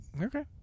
Okay